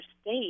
state